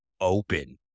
open